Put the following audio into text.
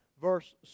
verse